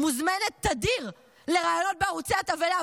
מוזמנת תדיר לראיונות בערוצי התבהלה,